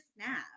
Snap